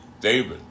David